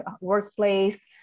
workplace